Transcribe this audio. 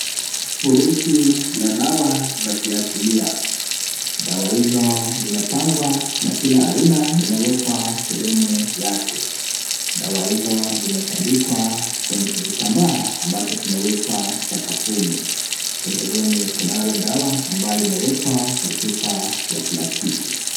Firushinla dawa za kiasilia. Dawa hizi zimepangwa na kila aina imewekwa sehemu yake. Dawa hizo zimetandikwa kwenye kijitambaa ambacho kimewekwa sakafuni. Pembeni kunayo dawa ambayo imewekwa kwa chupa ya plastiki.